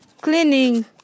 Cleaning